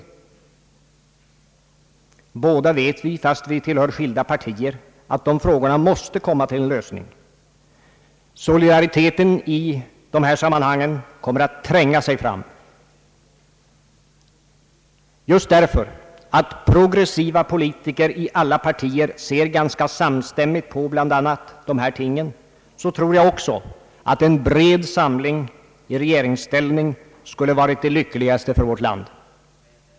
Båda vet vi, fast vi tillhör skilda partier, att de frågorna måste komma till en lösning — solidariteten i dessa sammanhang kommer att tränga sig fram. Just därför att progressiva politiker i alla partier ser ganska samstämmigt på bl.a. dessa ting, tror jag också, att en bred samling i regeringsställning skulle varit det lyckligaste för vårt land.